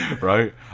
right